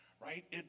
right